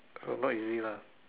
not easy lah